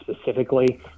specifically